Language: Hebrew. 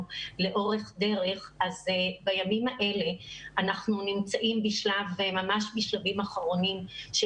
לאורך דרך אז בימים האלה אנחנו נמצאים ממש בשלבים אחרונים של